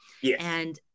Yes